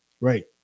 Right